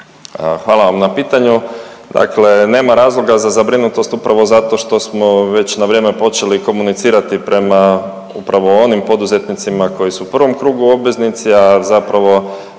Hvala vam na pitanju. Dakle, nema razloga za zabrinutost upravo zato što smo već na vrijeme počeli komunicirati prema upravo onim poduzetnicima koji su u prvom krugu obveznici, a zapravo